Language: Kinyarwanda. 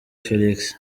felix